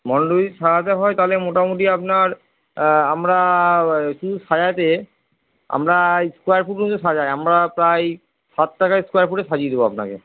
মণ্ডপ যদি সাজাতে হয় তাহলে মোটামুটি আপনার আমরা শুধু সাজাতে আমরা স্কোয়ার ফুট অনুযায়ী সাজাই আমরা প্রায় সাত টাকায় স্কোয়ার ফুটে সাজিয়ে দেব আপনাকে